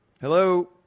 Hello